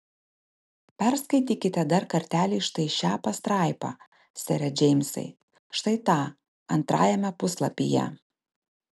perskaitykite dar kartelį štai šią pastraipą sere džeimsai štai tą antrajame puslapyje